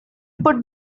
put